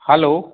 hello